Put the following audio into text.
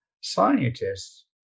scientists